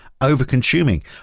over-consuming